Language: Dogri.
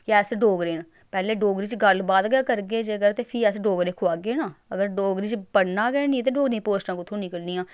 कि अस डोगरे न पैह्लें डोगरी च गल्ल बात गै करगे जेकर ते फ्ही अस डोगरे खोआगे ना अगर डोगरी च पढ़ना गै निं ते डोगरी दियां पोस्टां कु'त्थूं निकलनियां